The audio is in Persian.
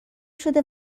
شده